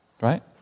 right